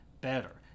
better